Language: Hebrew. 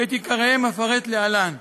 ואת עיקריהם אפרט להלן.